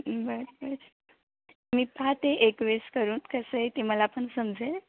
बंर बरं मी पाहते एकवेळेस करून कसं आहे ते मला पण समजेल